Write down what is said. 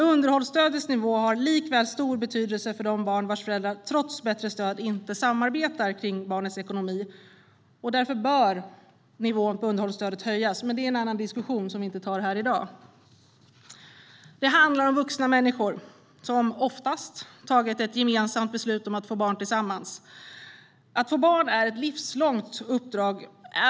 Underhållsstödets nivå har likväl stor betydelse för de barn vars föräldrar trots bättre stöd inte samarbetar kring barnets ekonomi. Därför bör nivån på underhållsstödet höjas, men det är en annan diskussion som vi inte tar i dag. Det handlar om vuxna människor som - oftast - tagit ett gemensamt beslut om att få barn tillsammans. Att få barn är ett livslångt uppdrag.